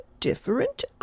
different